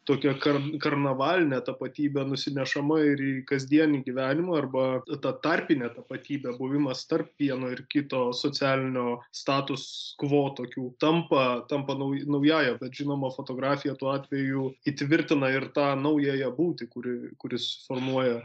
tokia kad karnavalinė tapatybė nusinešama ir į kasdienį gyvenimą arba tą tarpinė tapatybė buvimas tarp vieno ir kito socialinio status kvo tokių tampa tampa nauju naująja bet žinoma fotografija tuo atveju įtvirtina ir tą naująją būtį kuri kuri susiformuoja